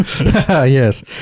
Yes